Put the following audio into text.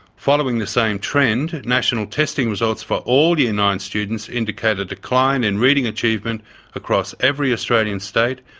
following the same trend, national testing results for all year nine students indicate a decline in reading achievement across every australian state,